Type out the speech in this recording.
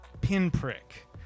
pinprick